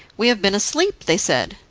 we have been asleep, they said.